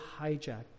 hijack